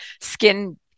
skin